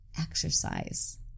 Exercise